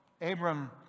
Abram